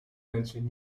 mensen